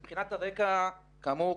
מבחינת הרקע, כאמור,